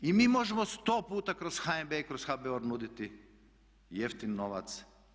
I mi možemo sto puta kroz HNB, kroz HBOR nuditi jeftin novac.